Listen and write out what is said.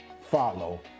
follow